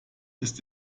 ist